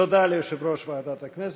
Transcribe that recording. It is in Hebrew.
תודה ליושב-ראש ועדת הכנסת.